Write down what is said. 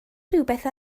rhywbeth